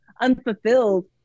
unfulfilled